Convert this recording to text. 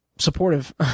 supportive